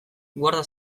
guardia